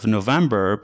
November